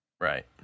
Right